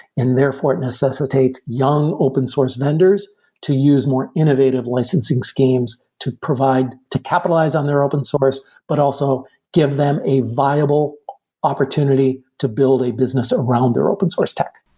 and therefore it necessitates young open-source vendors to use more innovative licensing schemes to provide to capitalize on their open source, but also give them a viable opportunity to build a business around their open source tech.